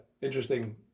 interesting